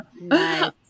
nice